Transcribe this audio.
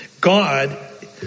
God